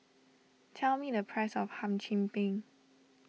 tell me the price of Hum Chim Peng